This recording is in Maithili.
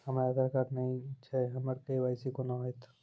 हमरा आधार कार्ड नई छै हमर के.वाई.सी कोना हैत?